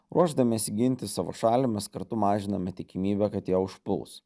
ruošdamiesi ginti savo šalį mes kartu mažiname tikimybę kad ją užpuls